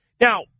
Now